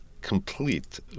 complete